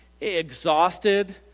exhausted